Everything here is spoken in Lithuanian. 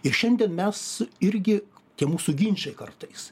ir šiandien mes irgi tie mūsų ginčai kartais